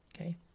okay